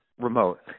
remote